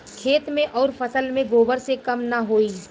खेत मे अउर फसल मे गोबर से कम ना होई?